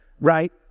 Right